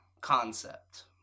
concept